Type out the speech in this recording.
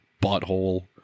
butthole